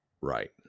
right